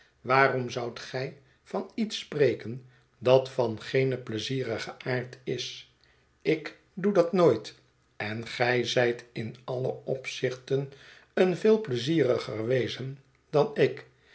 waarom zoudt gij van iets spreken dat van geen pleizierigen aard is ik doe dat nooit en gij zijt in alle opzichten een veel pleizieriger wezen dan ik